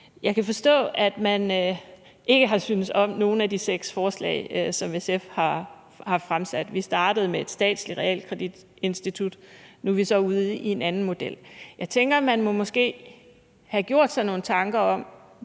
Jeg kan forstå, at man ikke har syntes om nogen af de seks forslag, som SF har fremsat. Vi startede med et statsligt realkreditinstitut – nu er vi så ude i en anden model. Jeg tænker, at man måske har gjort sig nogle tanker om,